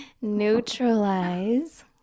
neutralize